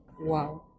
wow